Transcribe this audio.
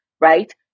right